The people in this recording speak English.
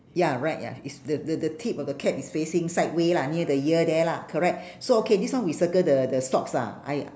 ya right ya is the the the tip of the cap is facing side way lah near the ear there lah correct so okay this one we circle the the socks lah I